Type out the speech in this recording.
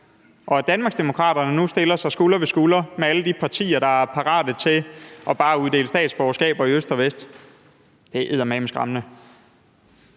Og at Danmarksdemokraterne nu stiller sig skulder ved skulder med alle de partier, der er parate til bare at uddele statsborgerskaber i øst og vest, er eddermame skræmmende.